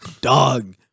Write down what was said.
dog